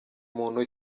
muntu